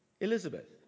Elizabeth